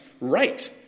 right